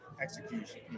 execution